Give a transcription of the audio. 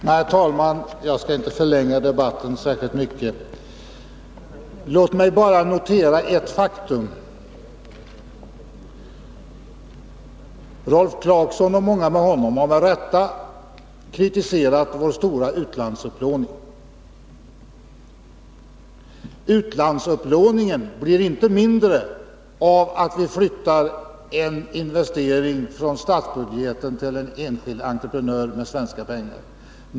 Herr talman! Jag skall inte förlänga debatten särskilt mycket. Låt mig bara notera ett faktum. Rolf Clarkson och många med honom har med rätta kritiserat vår stora utlandsupplåning. Utlandsupplåningen blir inte mindre av att vi flyttar en investering från statsbudgeten till en enskild entreprenör med svenska pengar.